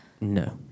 No